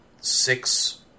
six